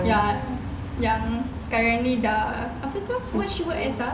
ya yang sekarang ni dah apa tu what she work as ah